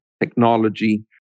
technology